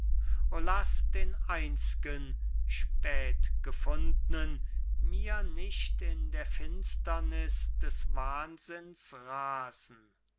o laß den einz'gen spätgefundnen mir nicht in der finsterniß des wahnsinns rasen